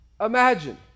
imagine